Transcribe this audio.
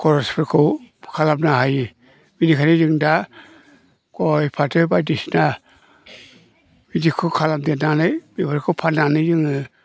खरसफोरखौ खालामनो हायो बिनिखायनो जों दा गय फाथो बायदिसिना बिदिखौ खालामदेरनानै बेफोरखौ फाननानै जोङो